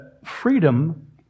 freedom